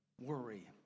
worry